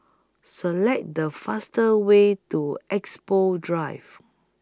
Select The faster Way to Expo Drive